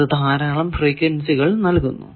അത് ധാരാളം ഫ്രീക്വെൻസികൾ നൽകുന്നു